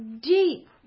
deep